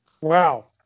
wow